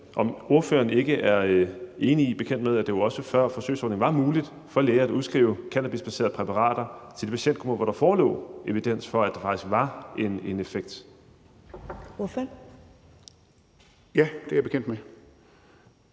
om ordføreren ikke er enig i og bekendt med, at det jo også før forsøgsordningen var muligt for læger at udskrive cannabisbaserede præparater til de patientgrupper, hvor der forelå evidens for, at der faktisk var en effekt. Kl. 11:10 Første næstformand